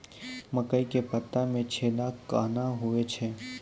मकई के पत्ता मे छेदा कहना हु छ?